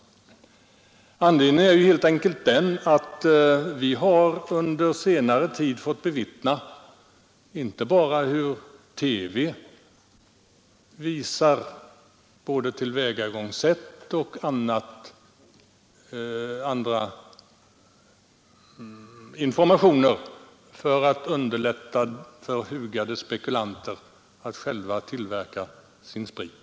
Anledningen härtill är helt enkelt den att vi under senare tid har fått bevittna hur TV visat både tillvägagångssättet för och lämnat informationer om hur hugade spekulanter själva kan tillverka sin sprit.